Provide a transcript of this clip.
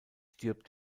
stirbt